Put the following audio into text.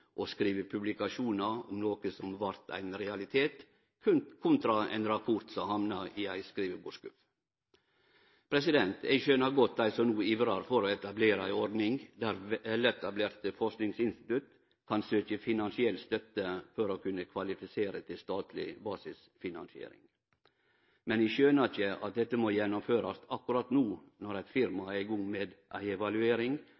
og skrive publikasjonar om noko som vart ein realitet, kontra ein rapport som hamnar i ein skrivebordsskuff. Eg skjønar godt dei som no ivrar for å etablere ei ordning der veletablerte forskingsinstitutt kan søkje finansiell støtte for å kvalifisere til statleg basisfinansiering. Men eg skjønar ikkje at dette må gjennomførast akkurat no, når eit